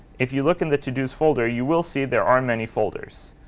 if you look in the todos folder, you will see there are many folders.